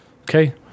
Okay